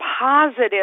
positive